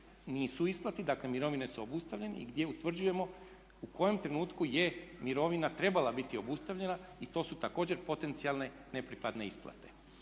nisu u isplati. Dakle, mirovine su obustavljene i gdje utvrđujemo u kojem trenutku je mirovina trebala biti obustavljena i to su također potencijalne nepripadne isplate.